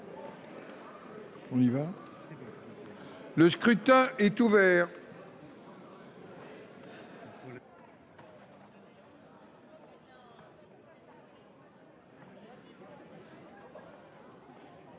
Le scrutin est ouvert.